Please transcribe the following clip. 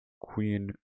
Queen